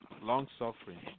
long-suffering